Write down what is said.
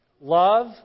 Love